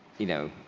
you know,